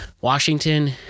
Washington